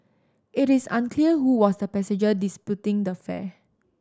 it is unclear who was the passenger disputing the fare